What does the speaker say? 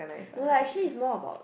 no lah actually is more about